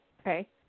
okay